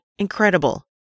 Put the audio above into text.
Incredible